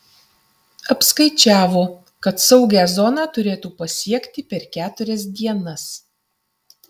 apskaičiavo kad saugią zoną turėtų pasiekti per keturias dienas